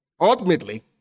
ultimately